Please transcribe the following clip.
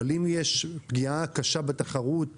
אבל אם יש פגיעה קשה בתחרות,